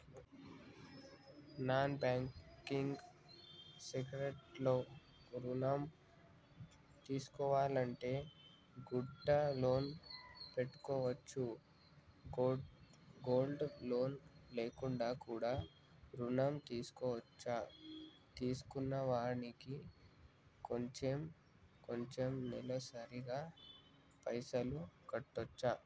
Non banking sector లో ఋణం తీసుకోవాలంటే గోల్డ్ లోన్ పెట్టుకోవచ్చా? గోల్డ్ లోన్ లేకుండా కూడా ఋణం తీసుకోవచ్చా? తీసుకున్న దానికి కొంచెం కొంచెం నెలసరి గా పైసలు కట్టొచ్చా?